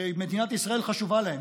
שמדינת ישראל חשובה להם.